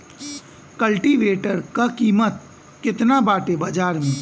कल्टी वेटर क कीमत केतना बाटे बाजार में?